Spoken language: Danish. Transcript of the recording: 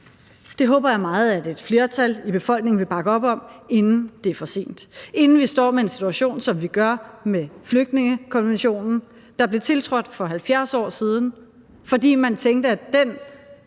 Det håber jeg meget at et flertal i befolkningen vil bakke op om, inden det er for sent – inden vi står i en situation, som vi gør med flygtningekonventionen, der blev tiltrådt for 70 år siden, fordi man tænkte, at den